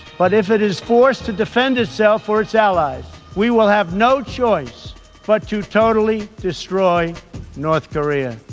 but if it is forced to defend itself or its allies we will have no choice but to totally destroy north korea.